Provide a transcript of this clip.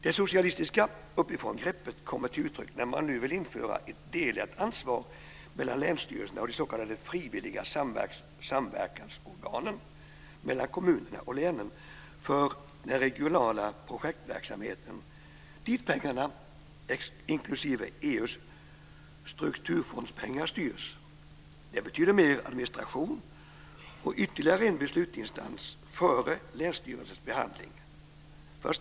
Det socialistiska uppifrångreppet kommer till uttryck när man nu vill införa ett delat ansvar mellan länsstyrelserna och de s.k. frivilliga samverkansorganen, mellan kommunerna och länen, för den regionala projektverksamheten dit pengarna, inklusive EU:s strukturfondspengar, styrs. Det betyder mer administration och ytterligare en beslutsinstans före länsstyrelsens behandling.